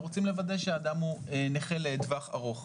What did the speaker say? ורוצים לוודא שאדם הוא נכה לטווח ארוך.